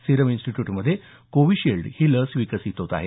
serum इन्स्टिट्यूटमध्ये Covishield ही लस विकसित होत आहे